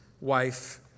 wife